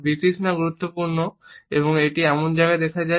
বিতৃষ্ণা গুরুত্বপূর্ণ এবং এটি এমন জায়গায় দেখা যায়